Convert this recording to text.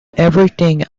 everything